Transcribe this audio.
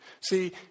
See